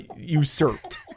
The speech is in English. usurped